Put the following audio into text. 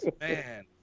man